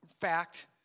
Fact